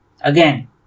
again